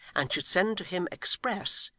and should send to him express,